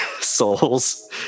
souls